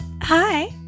Hi